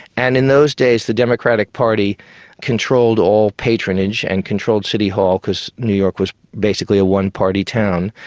and in those days the democratic party controlled all patronage and controlled city hall, because new york was basically a one-party town.